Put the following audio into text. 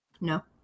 No